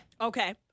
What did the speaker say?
okay